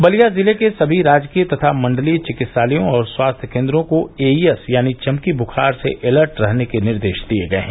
बलिया जिले के सभी राजकीय तथा मण्डलीय चिकित्सालयों और स्वास्थ्य केन्द्रों को एईएस यानी चमकी बुखार से एलर्ट रहने के निर्देश दिये गये हैं